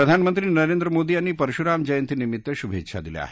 प्रधानमंत्री नरेंद्र मोदी यांनी परशुराम जयंतीनिमित्त शुभेच्छा दिल्या आहेत